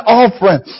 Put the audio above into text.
offering